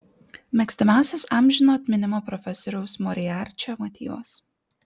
mėgstamiausias amžino atminimo profesoriaus moriarčio motyvas